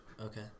Okay